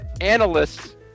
analysts